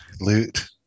loot